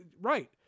Right